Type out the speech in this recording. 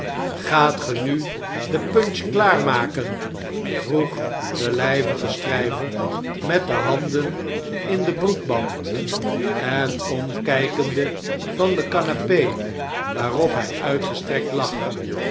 gaat ge nu de punch klaarmaken vroeg de lpige stryver met de handen in den broekband en omkjjkende van de canape waarop hjj uitgestrekt lag